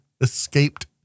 escaped